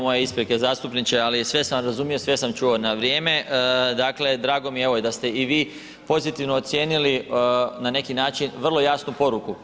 Moje isprike zastupniče, ali sve sam razumio, sve sam čuo na vrijeme, dakle drago mi je evo da ste i vi pozitivno ocijenili na neki način vrlo jasnu poruku.